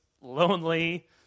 lonely